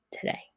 today